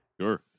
Sure